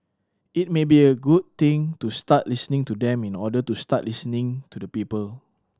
it may be a good thing to start listening to them in order to start listening to the people